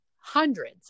Hundreds